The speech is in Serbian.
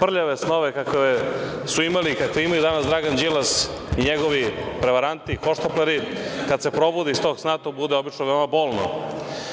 prljave snove kakve su imali, kakve imaju danas Dragan Đilas i njegovi prevaranti, hohštapleri, kada se probude iz tog sna to bude obično veoma bolno. To